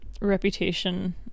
reputation